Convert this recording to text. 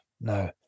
no